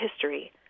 history